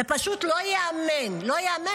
זה פשוט לא ייאמן, לא ייאמן.